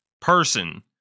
person